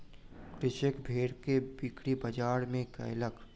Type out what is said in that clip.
कृषक भेड़ के बिक्री बजार में कयलक